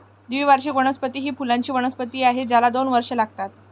द्विवार्षिक वनस्पती ही फुलांची वनस्पती आहे ज्याला दोन वर्षे लागतात